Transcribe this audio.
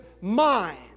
mind